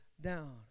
down